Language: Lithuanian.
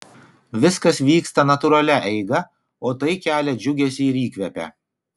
viskas vyksta natūralia eiga o tai kelia džiugesį ir įkvepia